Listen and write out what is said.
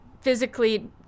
physically